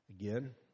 Again